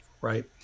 Right